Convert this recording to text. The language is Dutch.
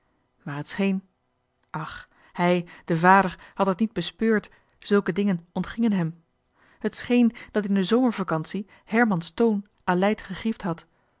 maar het scheen ach hij de vader had het niet bespeurd zulke dingen ontgingen hem het scheen dat in de zomer vacantie herman's johan de meester de zonde in het deftige dorp toon aleid gegriefd had